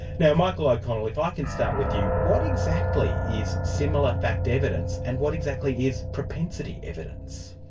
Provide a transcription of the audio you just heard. now michael o'connell, if i can start with you, what exactly is similar fact evidence and what exactly is propensity evidence?